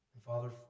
Father